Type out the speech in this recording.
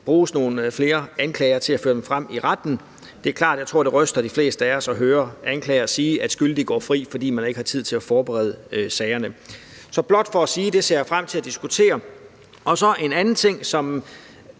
bruges nogle flere anklagere til at føre dem frem i retten. Jeg tror, det ryster de fleste af os at høre anklagere sige, at skyldige går fri, fordi man ikke har tid til at forberede sagerne. Det er blot for at sige, at det ser jeg frem til at diskutere. Og så den anden ting, som